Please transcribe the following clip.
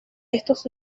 estos